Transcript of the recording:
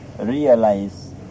Realize